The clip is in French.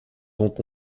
dont